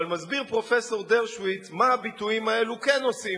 אבל מסביר פרופסור דרשוביץ מה הביטויים האלה כן עושים,